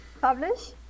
publish